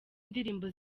ndirimbo